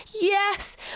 yes